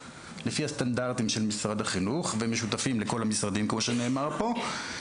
לפי הסטנדרטים של משרד החינוך והם משותפים לכל המשרדים כמו שנאמר פה,